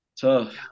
Tough